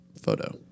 photo